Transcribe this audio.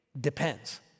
depends